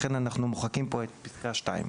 לכן אנחנו מוחקים כאן את פסקה (2).